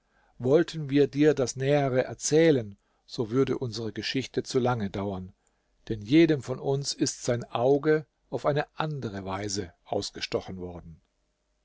wollten wir dir das nähere erzählen so würde unsere geschichte zu lange dauern denn jedem von uns ist sein auge auf eine andere weise ausgestochen worden